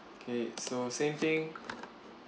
okay so same thing